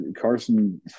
carson